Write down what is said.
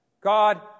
God